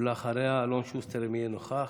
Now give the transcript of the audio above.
ואחריה, אלון שוסטר, אם יהיה נוכח.